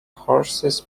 horses